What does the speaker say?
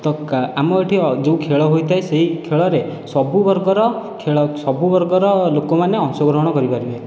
ତ ଆମ ଏଠି ଯେଉଁ ଖେଳ ହୋଇଥାଏ ସେହି ଖେଳରେ ସବୁ ବର୍ଗର ଖେଳ ସବୁ ବର୍ଗର ଲୋକମାନେ ଅଂଶ ଗ୍ରହଣ କରିପାରିବେ